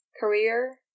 career